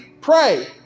pray